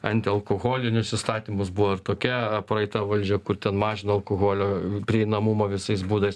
antialkoholinius įstatymus buvo ir tokia praeita valdžia kur ten mažino alkoholio prieinamumą visais būdais